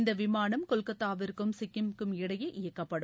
இந்த விமானம் கொல்கத்தாவிற்கும் சிக்கிமிற்கும் இடையே இயக்கப்படும்